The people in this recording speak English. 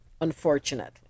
unfortunately